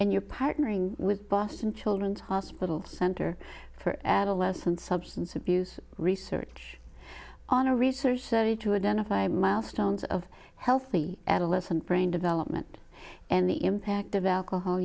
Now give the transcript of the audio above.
and you're partnering with boston children's hospital center for adolescent substance abuse research on a research study to identify milestones of healthy adolescent brain development and the impact of alcohol